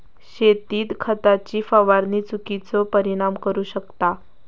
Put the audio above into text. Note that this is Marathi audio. शेतीत खताची फवारणी चुकिचो परिणाम करू शकता